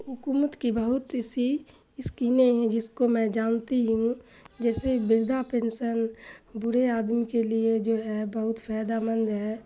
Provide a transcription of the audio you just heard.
حکومت کی بہت سی اسکیمیں ہیں جس کو میں جانتی ہوں جیسے بردا پینسن بوڑھے آدمی کے لیے جو ہے بہت فائدہ مند ہے